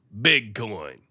Bitcoin